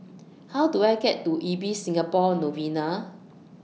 How Do I get to Ibis Singapore Novena